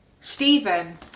stephen